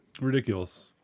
Ridiculous